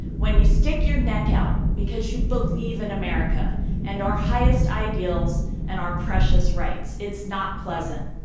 when you stick your neck out because you believe in america and our highest ideals and our precious rights. it's not pleasant.